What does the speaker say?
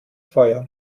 feuer